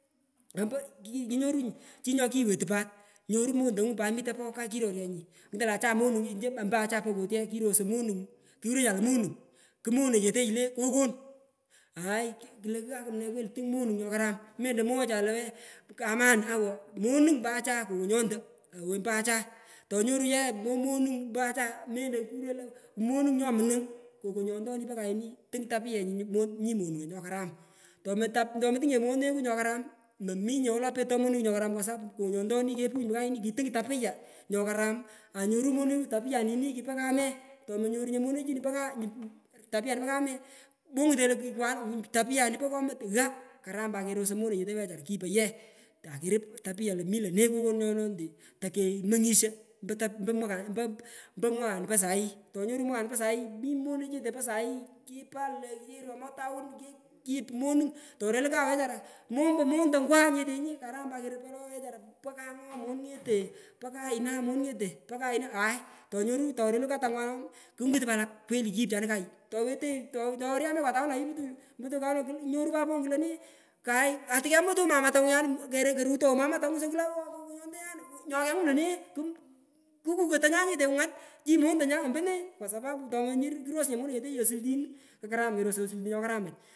Ompo ki kinyorunyi chi nyokiwetu pat nyoru montangu mi topoy sang kiroryenyi ngutonyi lo acha monungu ompo acha pokot ye kirosoi monung kurecha lo monung kumonechetechu le kokon aay klochi kwa kumne melo tung monung nyokaram le kokon aay klochi kwa kumne melo tung monung nyokaram mut mwoghecha la wena kamanu ewo monung pat chae kokonyonto ewoi ompoacha tonyorunyi ye monung ompo acha mento melo kumonung nyamunung kekonyonini po kaini tung tapuyenyi nyi munungo nyokarami tomatap tomotungnye moneku nyokaram mominye wolo petutoi moneku nyokaram kwa sapu konyontonini nyukepunyi kayoni kitung tapuya nyokaramanyoru moneku tapunyanini kipo kame tomonyorunye monechini nypa ka nyupo komot gha karam pat kerosoi monechete wechara kipoy ye akerup topuya lo mi lone kokonyo ntonete tokemongisho mpo ta mpo mwakanu po sai tonyorunyi mwakanu po sahi mi monchete po sai kipa lo keromoi tawun kekipu monung kurelu kaw ooh wechara mombo montongwa nyetenyu karam pat ngete ipo kayuna aay nyorunyi tokelu katangwa no kunguta pat lo kweli kikipchanu kayu towetoi ye tu tonyamekwa tawun amutunyi kwa kunyoru papongo akulo ne kay atukemutunyi mamatangu nyana ker korutowu mamatangu so kulo awowowo kokonyontenyan, nyokengun lone kuk kukukotonyan nyete kungat chinyi montonyan ompone. kwa sapapu tomakirosnye monechete osutin kukaram kerosoi osultini chokaramach.